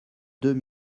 deux